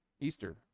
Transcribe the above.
Easter